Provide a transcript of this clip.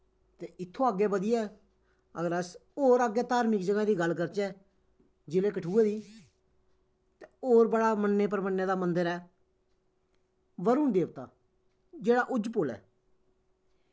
ते इत्थूं दा अग्गें बधियै अस होर अग्गें धार्मक जगह् दी गल्ल करचै जि'ला कठुआ दी ते होर बड़ा मन्ने परमन्ने दा मन्दर ऐ बरुण देवता जेह्ड़ा उज्ज पुल ऐ